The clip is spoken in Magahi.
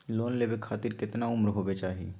लोन लेवे खातिर केतना उम्र होवे चाही?